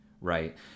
right